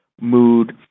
mood